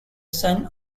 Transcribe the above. son